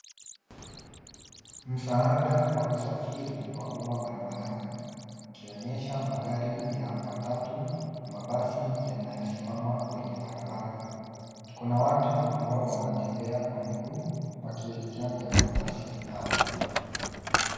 Msaada wa usafiri wa umma barabarani ukionyesha magari ya matatu na mabasi yanayosimama kwenye barabara kuu. Kuna watu ambao wanatembea kwa miguu wakielekea kwenye mabasi haya.